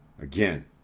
Again